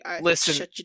Listen